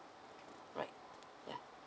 right yeah